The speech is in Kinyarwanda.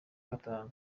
gatatu